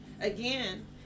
again